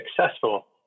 successful